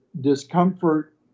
discomfort